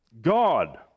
god